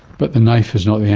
but the knife is not yeah